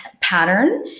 pattern